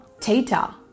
theta